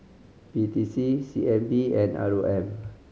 P T C C N B and R O M